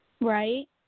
Right